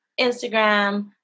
Instagram